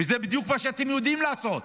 וזה בדיוק מה שאתם יודעים לעשות,